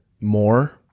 more